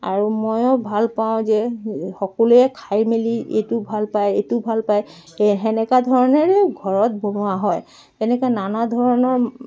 আৰু ময়ো ভাল পাওঁ যে সকলোৱে খাই মেলি এইটো ভাল পায় এইটো ভাল পায় এই তেনেকৈ ধৰণেৰে ঘৰত বনোৱা হয় তেনেকৈ নানা ধৰণৰ